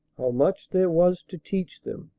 much there was to teach them!